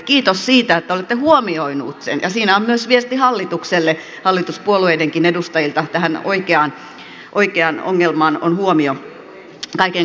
kiitos siitä että olette huomioineet sen ja siinä on myös viesti hallitukselle hallituspuolueidenkin edustajilta että tähän oikeaan ongelmaan on huomio kaiken kaikkiaan kiinnitetty